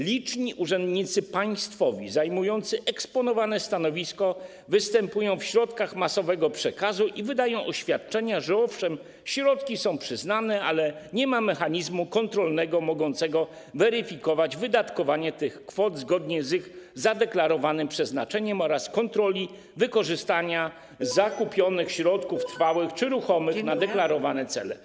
Liczni urzędnicy państwowi zajmujący eksponowane stanowiska występują w środkach masowego przekazu i wydają oświadczenia, że owszem, środki są przyznane, ale nie ma mechanizmu kontrolnego mogącego weryfikować wydatkowanie tych kwot zgodnie z ich zadeklarowanym przeznaczeniem oraz kontroli wykorzystania zakupionych środków trwałych czy ruchomych na deklarowane cele.